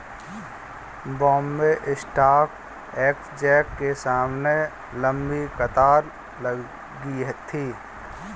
Bombay stock exchange के सामने लंबी कतार लगी थी